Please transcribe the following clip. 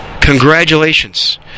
congratulations